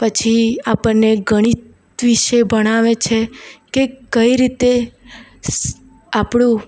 પછી આપણને ગણિત વિષે ભણાવે છે કે કઈ રીતે સ આપણું